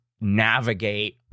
navigate